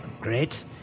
Great